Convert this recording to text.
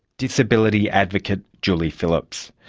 disability advocate julie phillips.